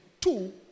Two